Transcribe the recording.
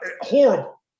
horrible